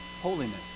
holiness